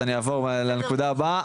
אז אני אעבור לנקודה באה,